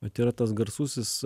vat yra tas garsusis